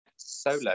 solo